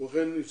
כמו כן הפסיק